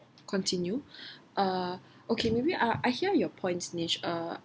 continue uh okay maybe I I hear your points uh